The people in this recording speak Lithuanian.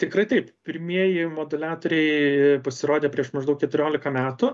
tikrai taip pirmieji moduliatoriai pasirodė prieš maždaug keturiolika metų